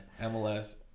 MLS